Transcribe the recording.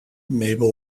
mabel